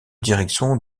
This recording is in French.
direction